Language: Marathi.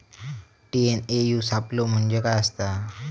टी.एन.ए.यू सापलो म्हणजे काय असतां?